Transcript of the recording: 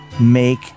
make